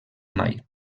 mai